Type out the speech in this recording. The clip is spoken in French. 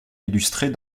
illustrée